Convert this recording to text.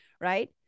right